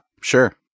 sure